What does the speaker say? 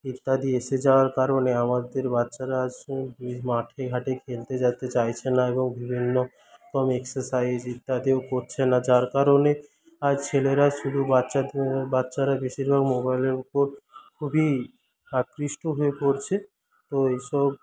ইত্যাদি এসে যাওয়ার কারণে আমাদের বাচ্চারা মাঠে ঘাটে খেলতে যেতে চাইছে না এবং বিভিন্ন রকম এক্সারসাইজ ইত্যাদিও করছে না যার কারণে আজ ছেলেরা শুধু বাচ্চারা বাচ্চারা বেশীরভাগ মোবাইলের উপর খুবই আকৃষ্ট হয়ে পড়ছে তো এইসব